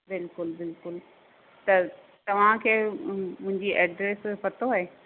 बिल्कुलु बिल्कुलु त तव्हां खे मुंहिंजी एड्रेस पतो आहे